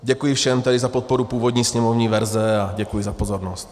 Děkuji všem tady za podporu původní sněmovní verze a děkuji za pozornost.